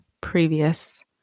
previous